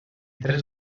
tres